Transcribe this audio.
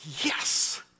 yes